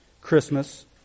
Christmas